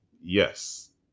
Yes